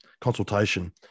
consultation